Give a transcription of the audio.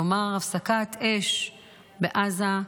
לומר "הפסקת אש בעזה"